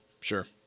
Sure